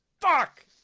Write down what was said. fuck